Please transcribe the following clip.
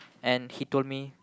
and he told me